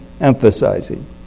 emphasizing